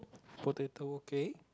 potato cake